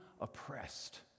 oppressed